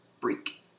freak